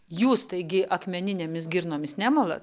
jūs taigi akmeninėmis girnomis nemalat